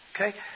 Okay